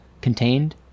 contained